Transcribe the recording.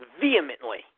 vehemently